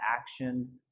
action